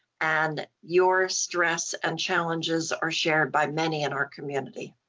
and your stress and challenges are shared by many in our community.